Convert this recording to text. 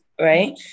right